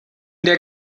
der